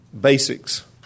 basics